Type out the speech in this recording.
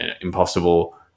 impossible